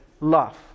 love